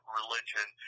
religion